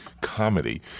comedy